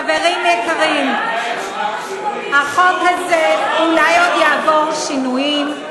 חברים יקרים, החוק הזה אולי עוד יעבור שינויים,